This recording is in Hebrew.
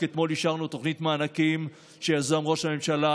רק אתמול אישרנו תוכנית מענקים שיזם ראש הממשלה,